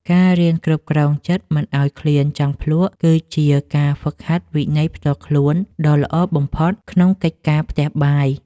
ការរៀនគ្រប់គ្រងចិត្តមិនឱ្យឃ្លានចង់ភ្លក្ស គឺជាការហ្វឹកហាត់វិន័យផ្ទាល់ខ្លួនដ៏ល្អបំផុតក្នុងកិច្ចការផ្ទះបាយ។